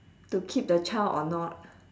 to keep the child or not